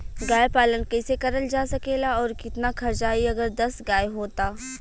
गाय पालन कइसे करल जा सकेला और कितना खर्च आई अगर दस गाय हो त?